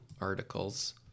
articles